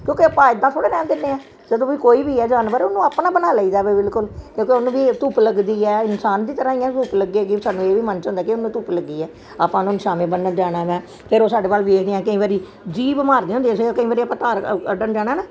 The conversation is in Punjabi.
ਕਿਉਂਕਿ ਆਪਾਂ ਇੱਦਾ ਥੋੜ੍ਹੇ ਰਹਿਣ ਦਿੰਦੇ ਹਾਂ ਕਿਉਂਕਿ ਬਈ ਕੋਈ ਵੀ ਹੈ ਜਾਨਵਰ ਉਹਨੂੰ ਆਪਣਾ ਬਣਾ ਲਈ ਦਾ ਬਿਲਕੁਲ ਕਿਉਂਕਿ ਉਹਨੂੰ ਵੀ ਧੁੱਪ ਲੱਗਦੀ ਹੈ ਇਨਸਾਨ ਦੀ ਤਰ੍ਹਾਂ ਹੀ ਹੈ ਧੁੱਪ ਲੱਗੇਗੀ ਫਿਰ ਸਾਨੂੰ ਇਹ ਵੀ ਮਨ 'ਚ ਹੁੰਦਾ ਕਿ ਉਹਨੂੰ ਧੁੱਪ ਲੱਗੀ ਹੈ ਆਪਾਂ ਉਹਨਾਂ ਨੂੰ ਸ਼ਾਮੇਂ ਬੰਨਣ ਜਾਣਾ ਹੈ ਫਿਰ ਉਹ ਸਾਡੇ ਵੱਲ ਵੇਖਦੇ ਆ ਕਈ ਵਾਰ ਜੀਭ ਮਾਰਦੇ ਹੁੰਦੇ ਸੀ ਕਈ ਵਾਰ ਆਪਾਂ ਧਾਰ ਕੱਢਣ ਜਾਣਾ ਨਾ